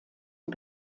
die